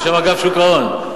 אגב, בשם שוק ההון.